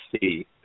see